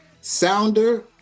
Sounder